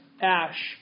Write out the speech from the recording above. ash